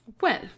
Well